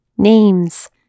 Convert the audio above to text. names